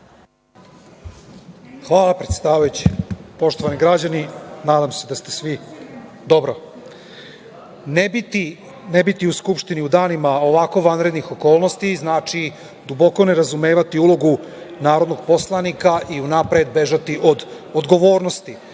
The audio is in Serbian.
Hvala predsedavajući. Poštovani građani, nadam se da ste svi dobro. Ne biti u Skupštini u danima ovako vanrednih okolnosti znači duboko ne razumevati ulogu narodnog poslanika i unapred bežati od odgovornosti.